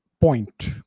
point